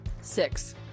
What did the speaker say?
six